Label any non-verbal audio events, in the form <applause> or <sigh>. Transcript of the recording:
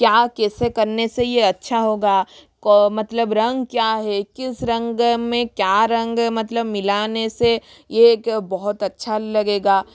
क्या कैसे करने से यह अच्छा होगा क मतलब रंग क्या है किस रंग <unintelligible> में क्या रंग मतलब मिलाने से यह एक बहुत अच्छा लगेगा